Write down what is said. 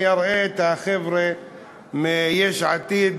אני אֶראה את החבר'ה מיש עתיד,